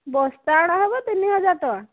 ବସ୍ତା ଅଣାହେବ ତିନି ହଜାର ଟଙ୍କା